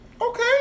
Okay